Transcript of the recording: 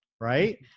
right